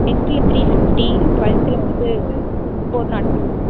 டென்தில் three sixty டுவல்த்தில் வந்து four nought three